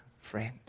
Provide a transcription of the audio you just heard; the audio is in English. friend